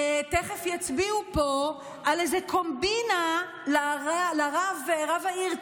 תכף יצביעו פה על קומבינה לרב העיר צפת,